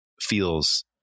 feels